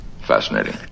Fascinating